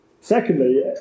Secondly